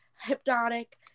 Hypnotic